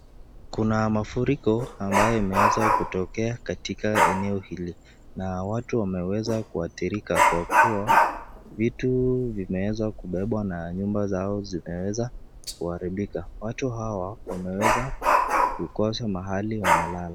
Kuna mafuriko ambayo ime weza kutokea katika eneo hili na watu wameweza kuathirika kwa kuwa vitu vina wezwa kubebwa na nyumba zao na zina weza kuharibika. Watu hawa wameweza kukosa mahali wana lala.